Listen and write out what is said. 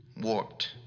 Warped